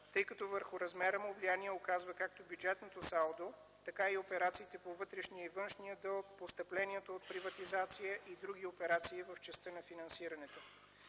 тъй като върху размера му влияние оказва както бюджетното салдо, така и операциите по вътрешния и външния дълг, постъпленията от приватизация и други операции в частта на финансирането.